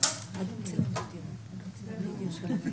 אחרי שעסק כל הבוקר באישור צווים מוניציפליים,